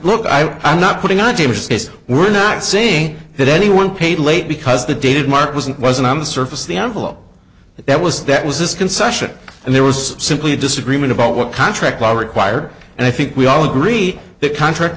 look i'm not putting out a mistake we're not saying that anyone paid late because the david mark wasn't wasn't on the surface the envelope that was that was this concession and there was simply a disagreement about what contract law required and i think we all agree that contract